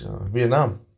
Vietnam